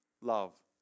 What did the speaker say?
Love